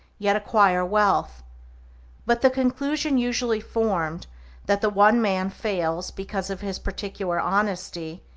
yet acquire wealth but the conclusion usually formed that the one man fails because of his particular honesty,